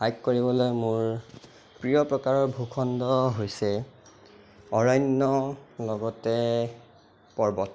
hike কৰিবলৈ মোৰ প্ৰিয় প্ৰকাৰৰ ভূখণ্ড হৈছে অৰণ্য লগতে পৰ্বত